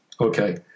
Okay